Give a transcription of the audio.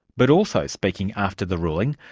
but also speaking after the ruling,